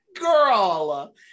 Girl